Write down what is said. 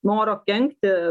noro kenkti